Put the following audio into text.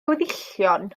weddillion